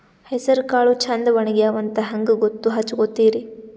ಹೆಸರಕಾಳು ಛಂದ ಒಣಗ್ಯಾವಂತ ಹಂಗ ಗೂತ್ತ ಹಚಗೊತಿರಿ?